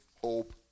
hope